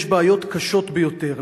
יש בעיות קשות ביותר,